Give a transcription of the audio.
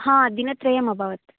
हा दिनत्रयम् अभवत्